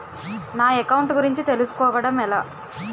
నా అకౌంట్ గురించి తెలుసు కోవడం ఎలా?